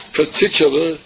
particular